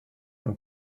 und